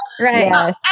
right